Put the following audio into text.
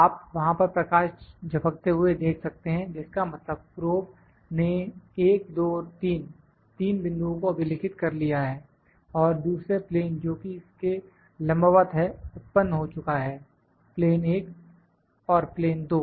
आप वहां पर प्रकाश झपकते हुए देख सकते हैं जिसका मतलब प्रोब ने 1 2 3 3 बिंदुओं को अभिलिखित कर लिया है और दूसरे प्लेन जोकि इसके लंबवत है उत्पन्न हो चुका है प्लेन 1 और प्लेन 2